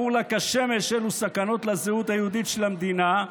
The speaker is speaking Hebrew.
ברור לה כשמש אילו סכנות לזהות היהודית של המדינה,